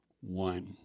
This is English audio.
one